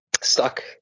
stuck